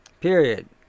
period